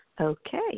Okay